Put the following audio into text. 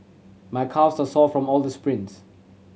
my calves are sore from all the sprints